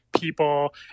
people